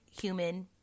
human